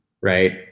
right